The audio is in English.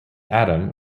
adam